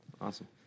awesome